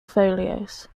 folios